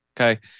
Okay